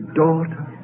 daughter